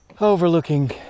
overlooking